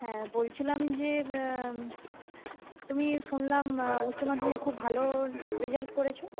হ্যাঁ বলছিলাম যে তুমি শুনলাম উচ্চমাধ্যমিকে খুব ভালো রেজাল্ট করেছ